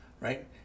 right